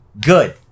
good